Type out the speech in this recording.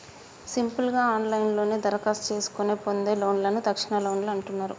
simple గా ఆన్లైన్లోనే దరఖాస్తు చేసుకొని పొందే లోన్లను తక్షణలోన్లు అంటున్నరు